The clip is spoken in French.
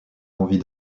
envie